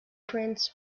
prints